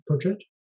project